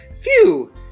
Phew